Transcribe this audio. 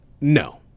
no